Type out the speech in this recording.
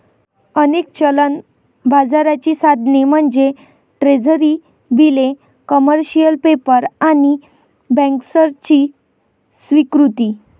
अनेक चलन बाजाराची साधने म्हणजे ट्रेझरी बिले, कमर्शियल पेपर आणि बँकर्सची स्वीकृती